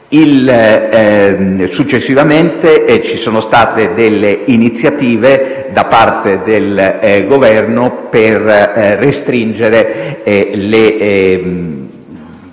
Successivamente sono state assunte delle iniziative, da parte del Governo, per restringere la